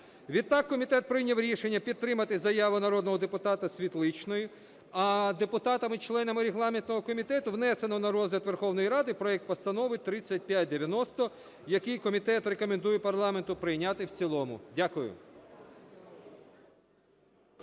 Відтак комітет прийняв рішення підтримати заяву народного депутата Світличної, а депутатами-членами регламентного комітету внесено на розгляд Верховної Ради проект Постанови 3590, який комітет рекомендує парламенту прийняти в цілому. Дякую.